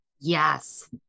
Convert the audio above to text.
Yes